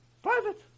private